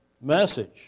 message